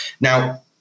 Now